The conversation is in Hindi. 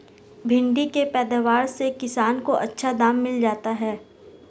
भिण्डी के पैदावार से किसान को अच्छा दाम मिल जाता है